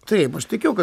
taip aš tikiu kad